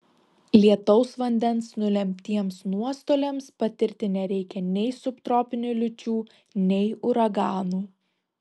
lietaus vandens nulemtiems nuostoliams patirti nereikia nei subtropinių liūčių nei uraganų